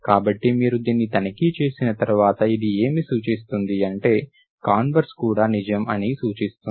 కాబట్టి మీరు దీన్ని తనిఖీ చేసిన తర్వాత ఇది ఏమి సూచిస్తుంది అంటే కాన్వర్స్ కూడా నిజం అని సూచిస్తుంది